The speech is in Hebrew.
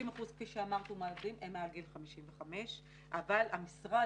כ-50% מהעובדים הם מעל גיל 55 אבל המשרד,